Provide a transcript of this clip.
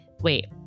wait